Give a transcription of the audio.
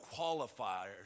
qualifiers